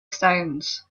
stones